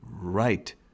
right